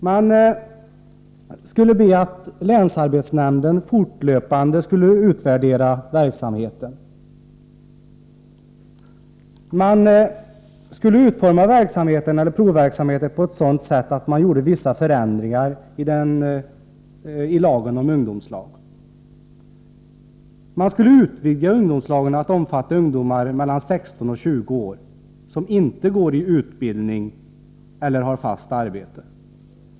Man skulle be att länsarbetsnämnden fortlöpande utvärderade verksamheten. Man skulle vidare utforma provverksamheten på sådant sätt att den innebar vissa förändringar jämfört med lagen om ungdomslag: — Ungdomslagen skulle utvidgas till att omfatta ungdomar mellan 16 och 20 år som inte utbildas eller har fast arbete.